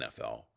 NFL